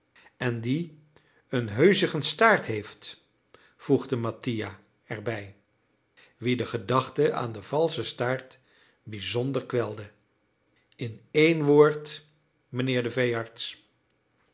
en die een heuzigen staart heeft voegde mattia erbij wien de gedachte aan een valschen staart bijzonder kwelde in één woord mijnheer de veearts